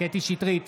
קטי קטרין שטרית,